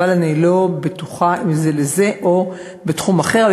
אבל אני לא בטוחה אם זה לזה או בתחום אחר.